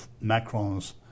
Macron's